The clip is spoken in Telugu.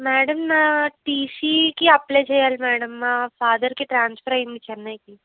మ్యాడం నా టీసీకి అప్లై చెయ్యాలి మ్యాడం మా ఫాదర్కి ట్రాన్స్ఫర్ అయింది చెన్నైకి